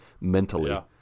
mentally